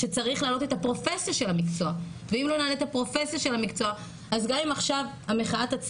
שצריך להעלות את הפרופסיה של המקצוע ואם לא נעלה את הפרופסיה של המקצוע,